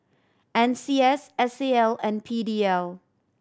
N C S S A L and P D L